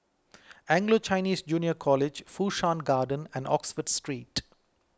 Anglo Chinese Junior College Fu Shan Garden and Oxford Street